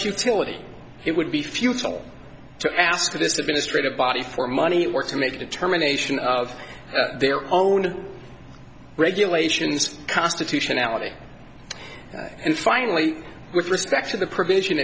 futility it would be futile to ask for this administrative body for money or to make a determination of their own regulations constitutionality and finally with respect to the pr